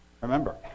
Remember